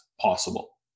possible